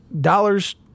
dollars